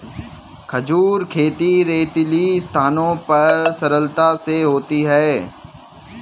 खजूर खेती रेतीली स्थानों पर सरलता से होती है